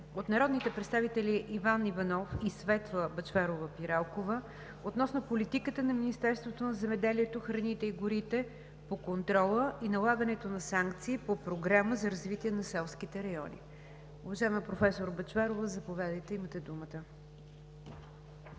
от народните представители Иван Валентинов Иванов и Светла Бъчварова-Пиралкова относно политиката на Министерството на земеделието, храните и горите по контрола и налагането на санкции по Програма за развитие на селските райони. Уважаема професор Бъчварова, заповядайте, имате думата.